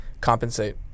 compensate